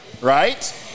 Right